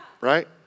Right